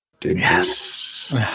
Yes